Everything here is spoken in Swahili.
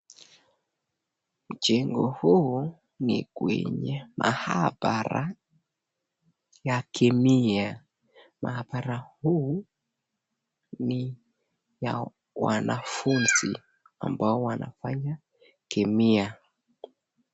Mjengo hii ni kwenye mahabara ya kemia, mahabara huu ni ya wanafunzi ambao wanafanya kemia.